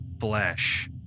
flesh